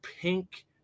pink